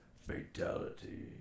Fatality